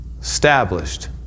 established